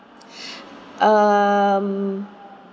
um